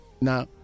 Now